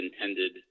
intended